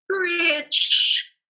rich